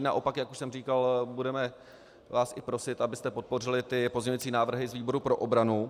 Naopak, jak už jsem říkal, budeme vás i prosit, abyste podpořili pozměňující návrhy z výboru pro obranu.